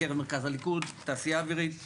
מקרב מרכז הליכוד, התעשייה האווירית וההסתדרות,